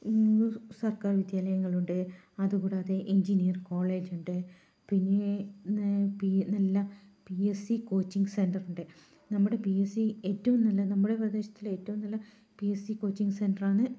സര്ക്കാര് വിദ്യാലയങ്ങള് ഉണ്ട് അതുകൂടാതെ എഞ്ചിനീയർ കോളേജ് ഉണ്ട് പിന്നെ പി നല്ല P S C coaching centre ഉണ്ട് നമ്മുടെ പി എസ് സി ഏറ്റവും നല്ല നമ്മുടെ പ്രദേശത്തിലെ ഏറ്റവും നല്ല പി എസ് സി കോച്ചിംഗ് സെന്ററാണ്